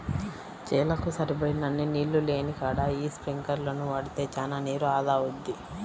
చేలకు సరిపడినన్ని నీళ్ళు లేనికాడ యీ స్పింకర్లను వాడితే చానా నీరు ఆదా అవుద్ది